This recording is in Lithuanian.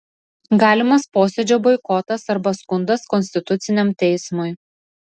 galimas posėdžio boikotas arba skundas konstituciniam teismui